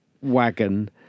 wagon